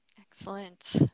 Excellent